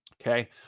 okay